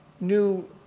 new